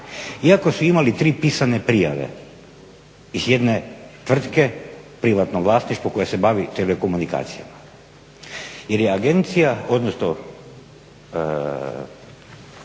iako su imali tri pisane prijave iz jedne tvrtke, privatno vlasništvo, koja se bavi telekomunikacijama, jer je agencija, odnosno